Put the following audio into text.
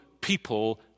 people